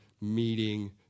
meeting